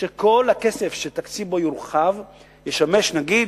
שכל הכסף שהתקציב יורחב בו ישמש, נגיד,